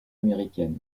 américaine